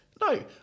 no